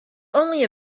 only